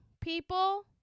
people